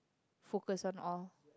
focus on all